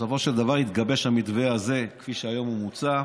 בסופו של דבר התגבש המתווה הזה כפי שהיום הוא מוצע,